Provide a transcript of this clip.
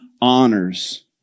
honors